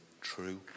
true